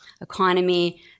economy